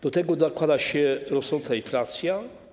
Do tego dokłada się rosnąca inflacja.